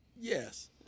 Yes